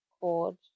cord